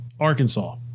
Arkansas